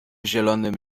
zielonym